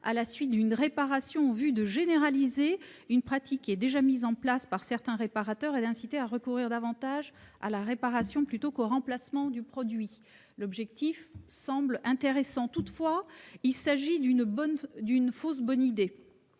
à la suite d'une réparation, en vue de généraliser une pratique déjà mise en place par certains réparateurs et d'inciter à recourir davantage à la réparation, plutôt qu'au remplacement du produit. L'objectif semble intéressant. Toutefois, il s'agit d'une fausse bonne idée,